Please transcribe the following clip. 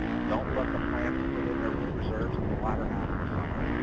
don't let the plants put in their root reserves in the latter half of the summer.